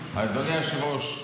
אדוני היושב-ראש,